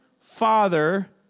Father